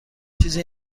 چیزی